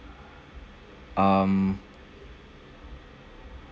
um